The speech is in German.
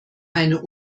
eine